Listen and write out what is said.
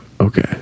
Okay